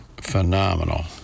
phenomenal